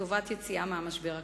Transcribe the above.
לטובת יציאה מהמשבר הכלכלי.